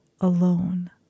alone